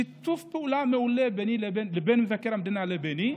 היה שיתוף פעולה מעולה בין מבקר המדינה לביני.